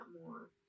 more